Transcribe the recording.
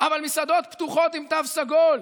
אבל מסעדות פתוחות עם תו סגול,